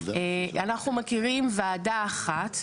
אנחנו מקימים וועדה אחת,